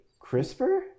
CRISPR